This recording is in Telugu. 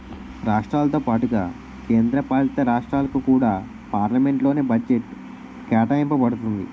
రాష్ట్రాలతో పాటుగా కేంద్ర పాలితరాష్ట్రాలకు కూడా పార్లమెంట్ లోనే బడ్జెట్ కేటాయింప బడుతుంది